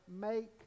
make